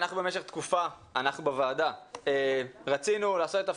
אנחנו בוועדה במשך תקופה רצינו לעשות את תפקידנו,